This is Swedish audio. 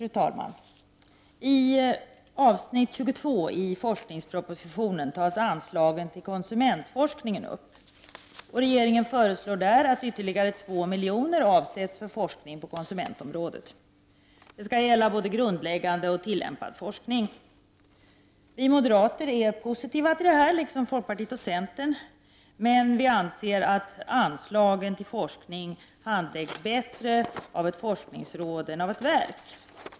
Fru talman! I avsnitt 22 i forskningspropositionen tas anslagen till konsumentforskning upp. Regeringen föreslår där att ytterligare 2 milj.kr. avsätts för forskning på konsumentområdet. Detta skall gälla både grundläggande och tillämpad forskning. Vi moderater är positiva till detta förslag, liksom folkpartiet och centern, men vi anser att anslagen till forskning handläggs bättre av ett forskningsråd än av ett verk.